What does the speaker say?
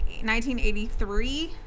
1983